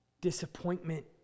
disappointment